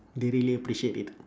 they really appreciate it